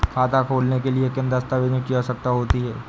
खाता खोलने के लिए किन दस्तावेजों की आवश्यकता होती है?